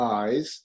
eyes